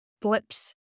blips